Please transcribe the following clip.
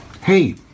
Hey